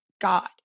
God